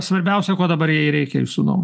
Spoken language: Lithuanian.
svarbiausia ko dabar jai reikia jūsų nuomone